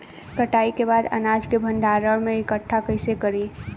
कटाई के बाद अनाज के भंडारण में इकठ्ठा कइसे करी?